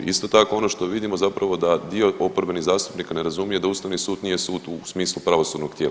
Isto tako ono što vidimo zapravo da dio oporbenih zastupnika ne razumije da Ustavni sud nije sud u smislu pravosudnog tijela.